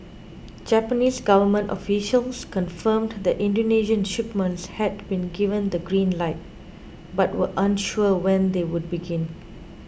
Japanese government officials confirmed that Indonesian shipments had been given the green light but were unsure when they would begin